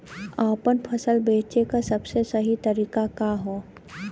आपन फसल बेचे क सबसे सही तरीका का ह?